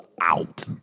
out